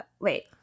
wait